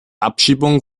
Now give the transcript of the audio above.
abschiebung